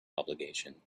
obligation